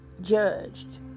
judged